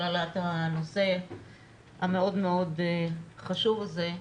על העלאת הנושא המאוד מאוד חשוב הזה.